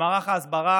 שמערך ההסברה